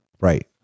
Right